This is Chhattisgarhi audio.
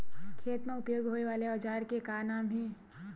खेत मा उपयोग होए वाले औजार के का नाम हे?